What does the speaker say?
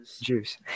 juice